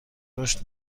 رشد